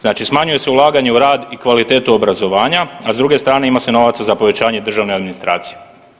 Znači smanjuje se ulaganje u rad i kvalitetu obrazovanja, a s druge strane ima se novaca za povećanje državne administracije.